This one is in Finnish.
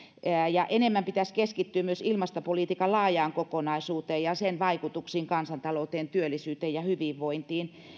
ja enemmän pitäisi keskittyä myös ilmastopolitiikan laajaan kokonaisuuteen ja sen vaikutuksiin kansantalouteen työllisyyteen ja hyvinvointiin